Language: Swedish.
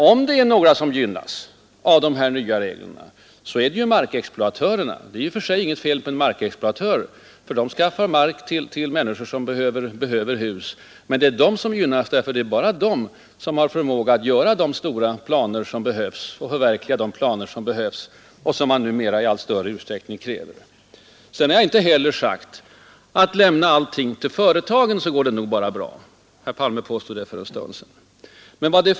Om det är några som gynnas av de nya reglerna, så är det markexploatörerna — det är inte i och för sig något fel på markexploatörerna; de skaffar mark till människor som behöver hus — därför att det är bara de som har förmåga att göra upp och förverkliga de omfattande planer som man numera i allt större utsträckning kräver. Jag har inte heller sagt: Lämna allting till företagen så går det nog bra! Herr Palme påstod det för en stund sedan.